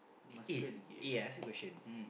eh eh I ask you question